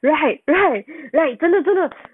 真的真的